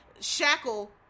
shackle